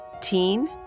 teen